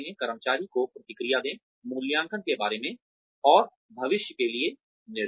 कर्मचारी को प्रतिक्रिया दें मूल्यांकन के बारे में और भविष्य के लिए निर्देश